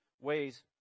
ways